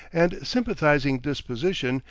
and sympathizing disposition,